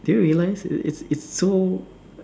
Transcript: do you realize it's it's so